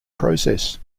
process